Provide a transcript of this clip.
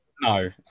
No